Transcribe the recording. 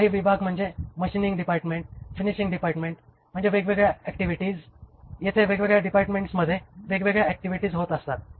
काही विभाग म्हणजे मशीनिंग डिपार्टमेंट फिनिशिंग डिपार्टमेंट म्हणजे वेगवेगळ्या ऍक्टिव्हिटीज येथे वेगवेगळ्या डिपार्टमेंटन्ट्स मध्ये वेगवेगळ्या ऍक्टिव्हिटीज होत असतात